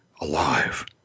alive